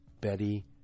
Betty